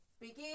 Begin